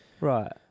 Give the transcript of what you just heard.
Right